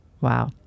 Wow